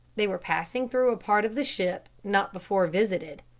they were passing through a part of the ship not before visited.